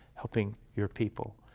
helping your people,